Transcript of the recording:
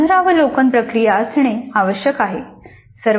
पुनरावलोकन प्रक्रिया असणे आवश्यक आहे